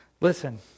Listen